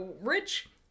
rich